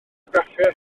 graffiau